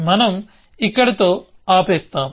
మనము ఇక్కడితో ఆపేస్తాం